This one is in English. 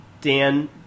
Dan